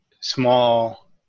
small